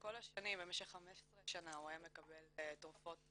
כל השנים במשך 15 שנה הוא היה מקבל תרופות